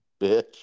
bitch